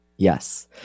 Yes